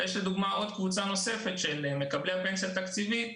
ויש עוד קבוצה נוספת של מקבלי פנסיה תקציבית,